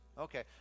okay